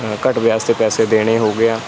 ਘੱਟ ਵਿਆਜ 'ਤੇ ਪੈਸੇ ਦੇਣੇ ਹੋ ਗਿਆ